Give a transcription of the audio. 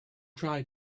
try